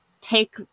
take